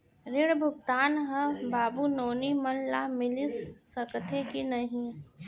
ऋण भुगतान ह बाबू नोनी मन ला मिलिस सकथे की नहीं?